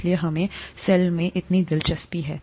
इसलिए हमें सेल में इतनी दिलचस्पी है